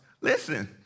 listen